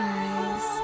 eyes